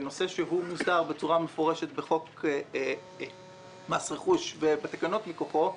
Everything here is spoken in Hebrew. בנושא שמוסדר בצורה מפורשת בחוק מס רכוש ובתקנות מכוחו,